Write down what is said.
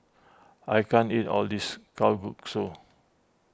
I can't eat all of this Kalguksu